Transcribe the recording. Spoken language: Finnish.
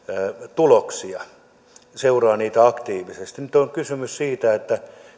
tuloksia seuraa niitä aktiivisesti nyt on kysymys siitä